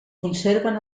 conserven